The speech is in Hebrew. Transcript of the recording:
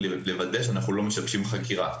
ולוודא שאנחנו לא משבשים חקירה.